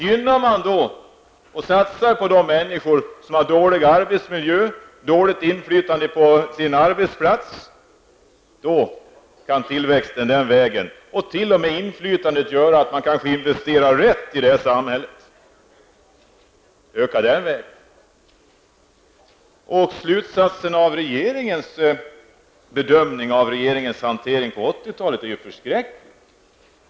Gynnar man dem och ser till att människor som har dålig arbetsmiljö och dåligt inflytande på sin arbetsplats får det bättre, kan tillväxten och inflytandet den vägen öka, och då investerar vi rätt i samhället. Slutsatsen blir att regeringens agerande på 80-talet är förskräckligt.